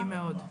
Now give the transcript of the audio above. מעריכים מאוד.